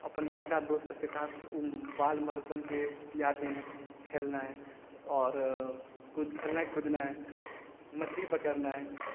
अपन बच्चा दोस्त सबके साथ उ बाल मधुपनके याद खेलनाइ आओर कूद खेलनाइ कूदनाइ मछली पकड़नाइ